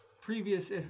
previous